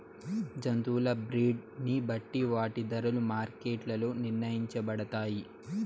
జంతువుల బ్రీడ్ ని బట్టి వాటి ధరలు మార్కెట్ లో నిర్ణయించబడతాయి